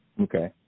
Okay